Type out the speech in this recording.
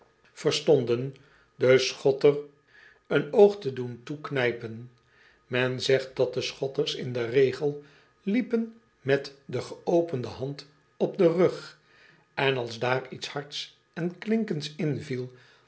verstonden den schotter een oog te doen toeknijpen en zegt dat de chotters in den regel liepen met de geopende hand op den rug en als daar iets hards en klinkends inviel